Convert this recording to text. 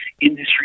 industry